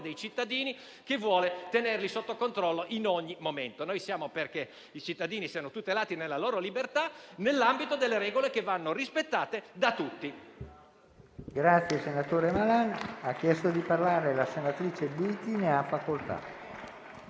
dei cittadini e che vuole tenerli sotto controllo in ogni momento. Noi siamo perché i cittadini siano tutelati nella loro libertà nell'ambito di regole che vanno rispettate da tutti.